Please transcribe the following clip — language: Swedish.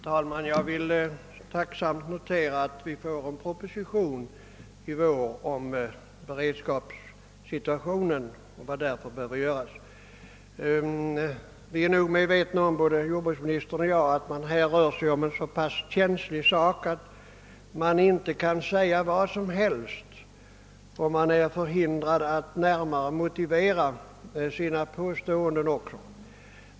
Herr talman! Jag noterar tacksamt att vi får en proposition i vår om beredskapssituationen och vad som behöver göras. Både jordbruksministern och jag är nog medvetna om att det rör sig om en så pass känslig sak att man inte kan säga vad som helst och är förhindrad att närmare motivera sina påståenden.